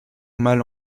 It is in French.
mal